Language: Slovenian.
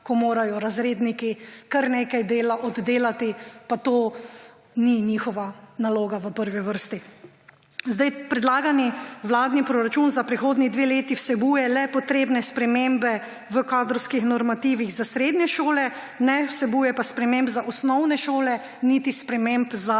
ko morajo razredniki kar nekaj dela oddelati, pa to ni v prvi vrsti njihova naloga. Predlagani vladni proračun za prihodnji dve leti vsebuje le potrebne spremembe v kadrovskih normativih za srednje šole, ne vsebuje pa sprememb za osnovne šole niti sprememb za